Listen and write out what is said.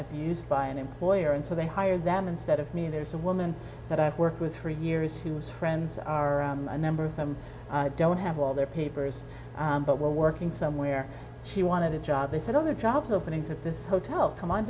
abused by an employer and so they hire them instead of me there's a woman that i've worked with for years whose friends are a number of them don't have all their papers but were working somewhere she wanted a job they had other jobs openings at this hotel come on